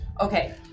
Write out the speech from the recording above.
Okay